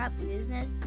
Business